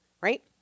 right